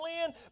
land